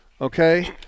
okay